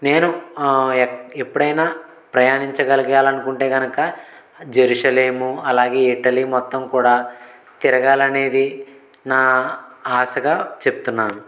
నేను ఎప్పుడైనా ప్రయాణించగలగాలనుకుంటే కనుక జెరూసలేము అలాగే ఇటలీ మొత్తం కూడా తిరగాలనేది నా ఆశగా చెప్తున్నాను